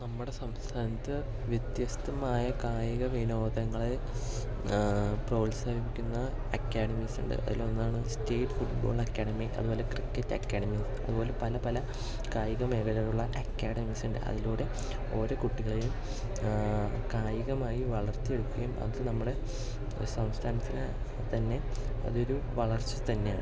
നമ്മുടെ സംസ്ഥാനത്ത് വ്യത്യസ്തമായ കായിക വിനോദങ്ങളെ പ്രോത്സാഹിപ്പിക്കുന്ന അക്കാദമീസ് ഉണ്ട് അതിലൊന്നാണ് സ്റ്റേറ്റ് ഫുട്ബോൾ അക്കാദമി അതുപോലെ ക്രിക്കറ്റ് അക്കാദമി അതുപോലെ പല പല കായിക മേഖകളിലുള്ള അക്കാഡമീസുണ്ട് അതിലൂടെ ഒരോ കുട്ടികളെയും കായികമായി വളർത്തി എടുക്കുകയും അത് നമ്മുടെ സംസ്ഥാനത്തിന് തന്നെ അതൊരു വളർച്ച തന്നെയാണ്